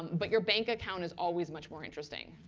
but your bank account is always much more interesting.